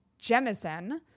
Jemison